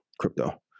crypto